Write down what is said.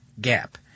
gap